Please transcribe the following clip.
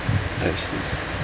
I see